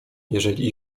jeżeli